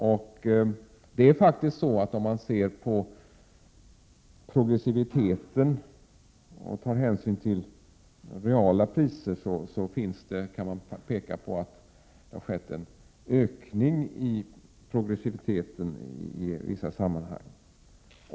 Om man tar hänsyn till de reala priserna kan man peka på att det har skett en ökning av progressiviteten i vissa sammanhang.